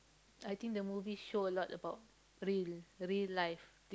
I think the movie show a lot about real real life